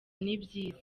nibyiza